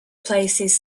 places